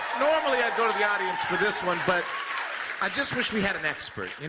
normally i'd go to the audience for this one, but i just wish we had an expert. and